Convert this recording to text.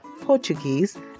Portuguese